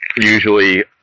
usually